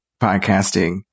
podcasting